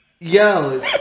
yo